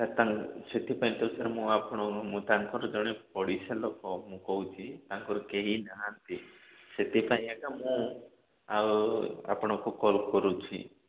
ସେଥିପାଇଁ ତ ସାର୍ ମୁଁ ଆପଣଙ୍କୁ ମୁଁ ତାଙ୍କର ଜଣେ ପଡ଼ିଶା ଲୋକ ମୁଁ କହୁଛି ତାଙ୍କର କେହିନାହାନ୍ତି ସେଥିପାଇଁ ଆଜ୍ଞା ମୁଁ ଆଉ ଆପଣଙ୍କୁ କଲ କରୁଛି